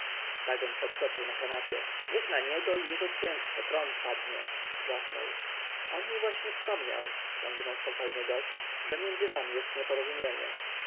dagon podskoczył na kanapie niech na niego i jego księstwo trąd padnie wrzasnął on mi właśnie wspomniał ciągnął spokojnie gość że między wami jest